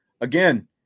again